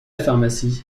pharmacie